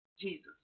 Jesus